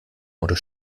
oder